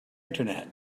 internet